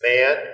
Man